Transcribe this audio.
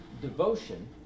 devotion